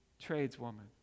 tradeswoman